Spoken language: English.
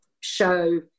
show